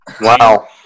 Wow